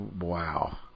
Wow